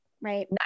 right